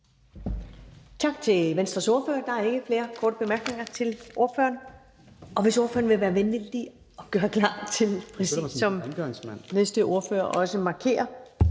Tak til Venstres ordfører. Der er ikke flere korte bemærkninger. Og hvis ordføreren vil være venlig lige at gøre klar til den næste ordfører. Det er